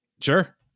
Sure